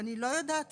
אני לא יודעת,